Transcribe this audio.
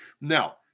Now